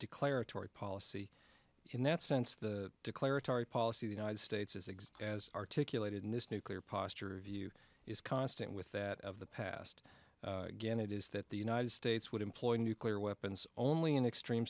declaratory policy in that sense the declaratory policy the united states as exist as articulated in this nuclear posture review is constant with that of the past again it is that the united states would employ nuclear weapons only in extreme